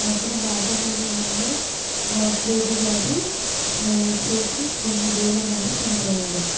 అప్పుడు భాగ్యనగరంలో ప్లేగు వ్యాధి సో సోకి కొన్ని వేలమంది చనిపోయారు